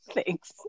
Thanks